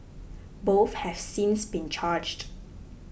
both has since been charged